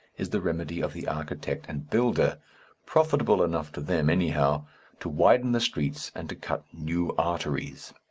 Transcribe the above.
is the remedy of the architect and builder profitable enough to them, anyhow to widen the streets and to cut new arteries.